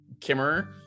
Kimmer